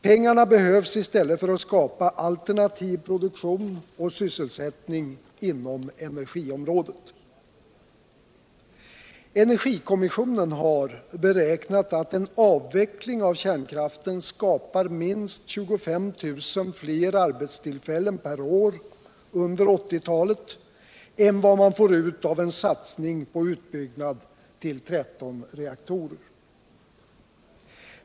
Pengarna behövs i stället för att skapa alternativ produktion och sysselsättning inom energiområdet. Energikommissionen har beräknat att en avveckling av kärnkraften skapar minst 25 000 fler arbetstillfällen per år under 1980-talet än vad man får ut av en salsning på en utbyggnad till 13 reaktorer.